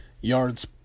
yards